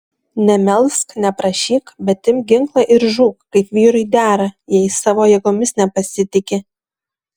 nemelsk neprašyk bet imk ginklą ir žūk kaip vyrui dera jei savo jėgomis nepasitiki